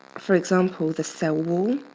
for example, the cell wall,